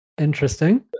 Interesting